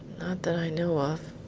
not that i know of.